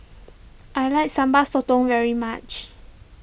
I like Sambal Sotong very much